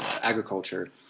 agriculture